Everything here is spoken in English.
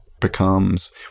becomes